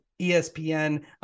ESPN